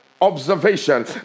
observation